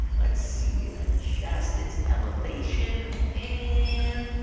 let's see adjust its elevation, and